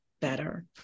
better